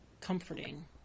comforting